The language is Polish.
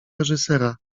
reżysera